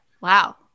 wow